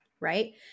right